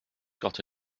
got